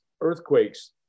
earthquakes